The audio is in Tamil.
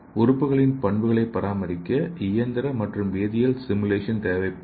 உறுப்புகளின் பண்புகளை பராமரிக்க இயந்திர மற்றும் வேதியியல் சிமுலேஷன் தேவைப்படும்